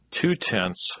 two-tenths